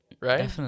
right